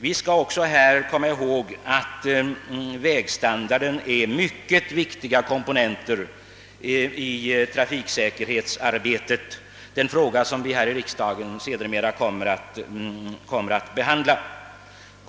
Vi skall också komma ihåg att vägstandarden är en mycket viktig komponent i trafiksäkerhetsarbetet — en fråga som vi här i kammaren sedermera kommer att behandla.